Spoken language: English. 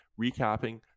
recapping